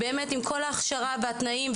עם כל ההכשרה והתנאים,